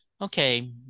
Okay